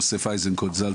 יוסף אזנקוט ז״ל,